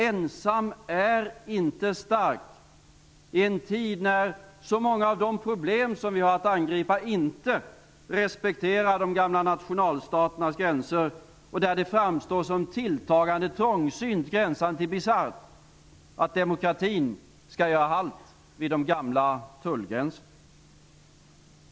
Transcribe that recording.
Ensam är inte stark i en tid då så många av de problem som vi har att angripa inte respekterar de gamla nationalstaternas gränser och där det framstår som tilltagande trångsynt, gränsande till bisarrt, att tro att demokratin skall göra halt vid de gamla tullgränserna.